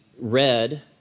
read